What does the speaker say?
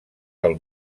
del